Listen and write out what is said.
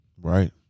Right